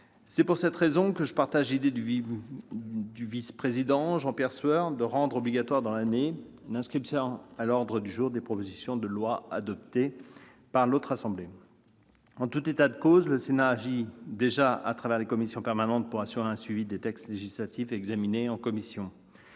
C'est pour cette raison que je partage l'idée du vice-président Jean-Pierre Sueur de rendre obligatoire l'inscription dans l'année à l'ordre du jour des propositions de loi adoptées par l'autre assemblée. En tout état de cause, le Sénat agit déjà, à travers les commissions permanentes, pour assurer un suivi de l'application des textes législatifs examinés en commission.